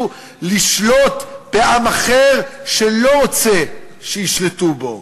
לשלוט בעם אחר שלא רוצה שישלטו בו.